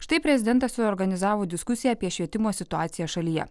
štai prezidentas suorganizavo diskusiją apie švietimo situaciją šalyje